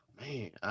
man